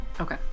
Okay